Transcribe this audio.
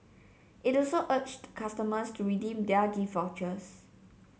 it also urged customers to redeem their gift vouchers